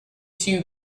two